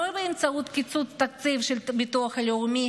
לא באמצעות קיצוץ תקציב של הביטוח הלאומי